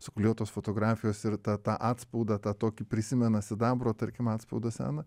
suklijuotos fotografijos ir tą tą atspaudą tą tokį prisimena sidabro tarkim atspaudą seną